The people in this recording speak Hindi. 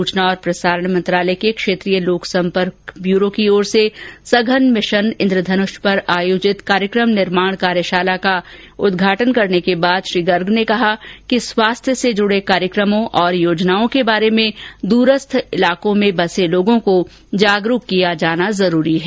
सूचना और प्रसारण मंत्रालय के क्षेत्रीय लोक संपर्क ब्यूरो की ओर से सघन मिशन इंद्रधनुष पर आयोजित कार्यक्रम निर्माण कार्यशाला का उद्घाटन करने के बाद उन्होंने कहा कि स्वास्थ्य से जुड़े कार्यक्रमों और योजनाओं के बारे में द्रस्थ इलाकों में बसे लोगों को जागरूक किया जाना जरूरी है